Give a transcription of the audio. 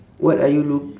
what are you look